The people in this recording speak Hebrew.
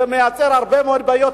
מייצרות הרבה מאוד בעיות.